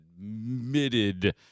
admitted